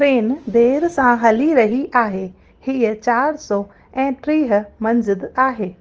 train देरि सां हली रही आहे हीअ चार सौ ऐं टीह मंझिंदि आहे